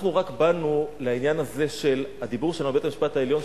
אנחנו רק באנו לעניין הזה של הדיבור שלנו על בית-המשפט העליון,